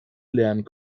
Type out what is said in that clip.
lernen